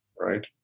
right